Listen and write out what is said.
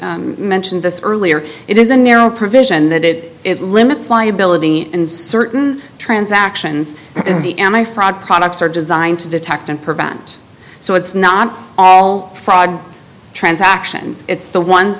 mentioned this earlier it is a narrow provision that it limits liability and certain transactions in the end i fraud products are designed to detect and prevent so it's not all fraud transactions it's the ones